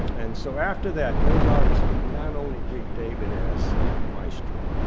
and so after that, those artists would not only greet david as maestro,